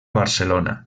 barcelona